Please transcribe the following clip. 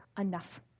enough